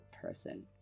person